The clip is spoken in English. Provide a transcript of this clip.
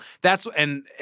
that's—and